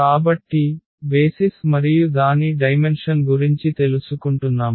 కాబట్టి బేసిస్ మరియు దాని డైమెన్షన్ గురించి తెలుసుకుంటున్నాము